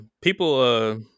people